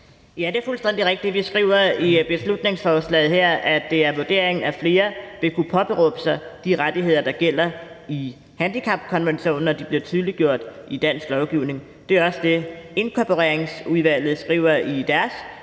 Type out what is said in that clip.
Ja, det er fuldstændig rigtigt. Vi skriver i beslutningsforslaget her, at det er vurderingen, at flere ville kunne påberåbe sig de rettigheder, der gælder i handicapkonventionen, når de bliver tydeliggjort i dansk lovgivning. Det er også det, Inkorporeringsudvalget skriver i deres